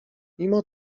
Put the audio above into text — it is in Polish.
mimo